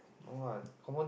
what confirm